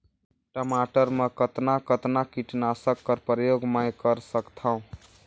टमाटर म कतना कतना कीटनाशक कर प्रयोग मै कर सकथव?